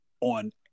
on